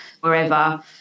wherever